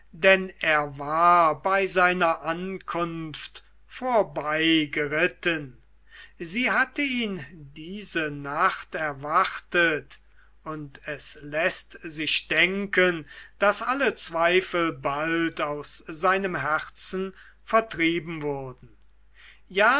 denn er war bei seiner ankunft vorbeigeritten sie hatte ihn diese nacht erwartet und es läßt sich denken daß alle zweifel bald aus seinem herzen vertrieben wurden ja